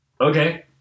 okay